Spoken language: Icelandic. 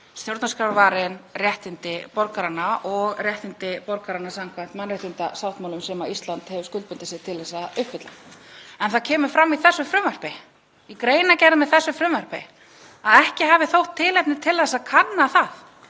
stjórnarskrárvarin réttindi borgaranna og réttindi borgaranna samkvæmt mannréttindasáttmálum sem Ísland hefur skuldbundið sig til að uppfylla. En það kemur fram í greinargerð með þessu frumvarpi að ekki hafi þótt tilefni til að kanna það